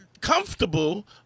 comfortable